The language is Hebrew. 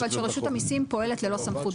אבל שרשות המסים פועלת ללא סמכות בחוק.